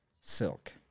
silk